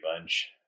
Bunch